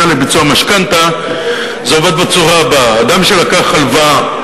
לביצוע משכנתה) זה עובד בצורה הבאה: אדם שלקח הלוואה,